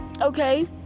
okay